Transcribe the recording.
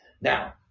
Now